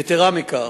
יתירה מכך,